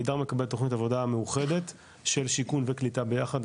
עמידר מקבל תוכנית מאוחדת של שיכון וקליטה ביחד,